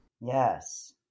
Yes